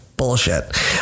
Bullshit